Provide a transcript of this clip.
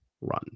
run